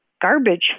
garbage